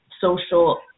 social